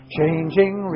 Changing